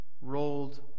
rolled